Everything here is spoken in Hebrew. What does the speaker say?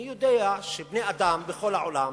אני יודע שבני-אדם, בכל העולם,